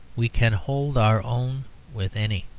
we can hold our own with any.